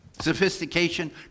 sophistication